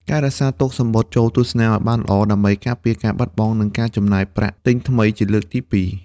ការរក្សាទុកសំបុត្រចូលទស្សនាឱ្យបានល្អ ដើម្បីការពារការបាត់បង់ និងការចំណាយប្រាក់ទិញថ្មីជាលើកទីពីរ។